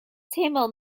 tamil